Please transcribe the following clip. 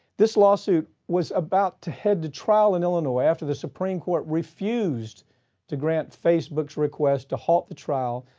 this lawsuit was about to head to trial in illinois after the supreme court refused to grant facebook's request to halt the trial.